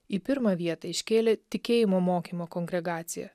į pirmą vietą iškėlė tikėjimo mokymo kongregaciją